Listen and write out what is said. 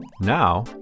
Now